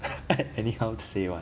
anyhow say [one]